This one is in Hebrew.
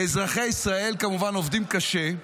אזרחי ישראל עובדים קשה,